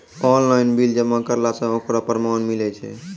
Online bill जमा करला से ओकरौ परमान मिलै छै?